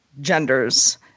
genders